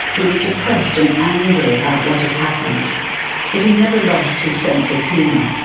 he was depressed and angry about what had happened but he never lost his sense of humour.